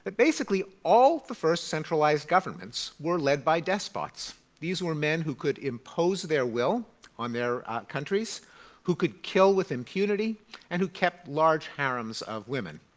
basically, all of the first centralized governments were led by despots. these were men who could impose their will on their countries who could kill with impunity and who kept large harems of women.